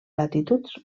latituds